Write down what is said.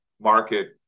market